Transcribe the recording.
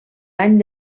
any